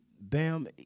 Bam